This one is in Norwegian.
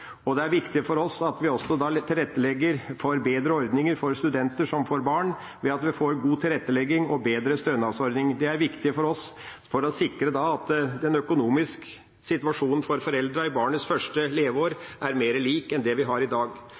videreført. Det er viktig for oss at vi også tilrettelegger for bedre ordninger for studenter som får barn ved at vi får god tilrettelegging og bedre stønadsordning. Det er viktig for oss for å sikre at den økonomiske situasjonen for foreldrene i barnets første leveår er mer lik enn det vi har i dag.